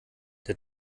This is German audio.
der